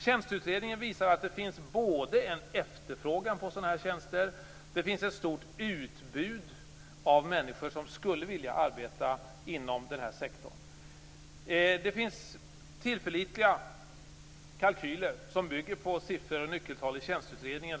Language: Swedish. Tjänsteutredningen visar att det finns både en efterfrågan på den här typen tjänster och att det finns ett stort utbud av människor som skulle vilja arbeta inom denna sektor. Det finns tillförlitliga kalkyler som bygger på siffror och nyckeltal i tjänsteutredningen.